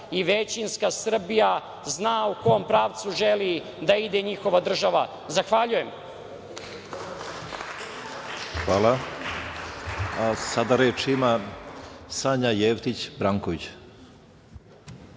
i većinska Srbija zna u kom pravcu želi da ide njihova država. Zahvaljujem. **Jovan Janjić** Hvala. Sada reč ima Sanja Jefić Branković.